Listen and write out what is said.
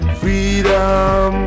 freedom